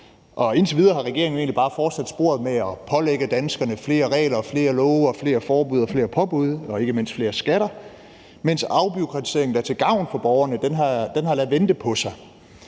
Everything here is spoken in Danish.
indtil videre har regeringen egentlig bare fortsat i sporet med at pålægge danskerne flere regler, flere love, flere forbud, flere påbud og ikke mindst flere skatter, mens afbureaukratiseringen, der er til gavn for borgerne, har ladet vente på sig.